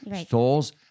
stores